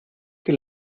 que